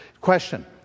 Question